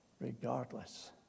regardless